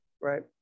Right